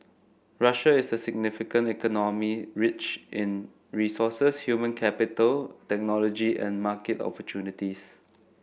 Russia is a significant economy rich in resources human capital technology and market opportunities